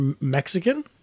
Mexican